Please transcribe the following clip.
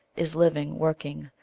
is living, working,